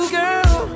girl